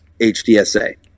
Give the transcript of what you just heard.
HDSA